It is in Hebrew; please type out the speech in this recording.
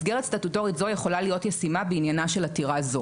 מסגרת סטטוטורית זו יכולה להיות ישימה בעניינה של עתירה זו".